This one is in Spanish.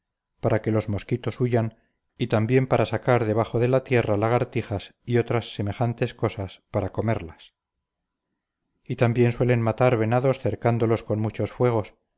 para que los mosquitos huyan y también para sacar debajo de tierra lagartijas y otras semejantes cosas para comerlas y también suelen matar venados cercándolos con muchos fuegos